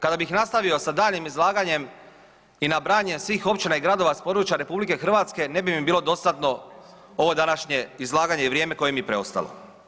Kada bih nastavio sa daljnjim izlaganjem i nabrajanjem svih općina i gradova s područja RH ne bi mi bilo dostatno ovo današnje izlaganje i vrijeme koje mi je preostalo.